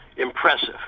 Impressive